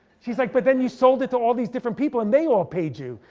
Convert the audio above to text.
she's like, but then you sold it to all these different people and they all paid you.